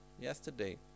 yesterday